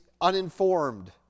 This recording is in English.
uninformed